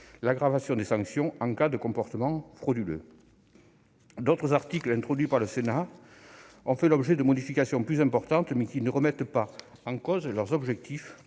l'aggravation des sanctions en cas de comportements frauduleux. D'autres articles introduits par le Sénat ont fait l'objet de modifications plus importantes, mais qui ne remettent pas en cause leurs objectifs,